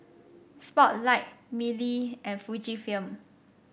Spotlight Mili and Fujifilm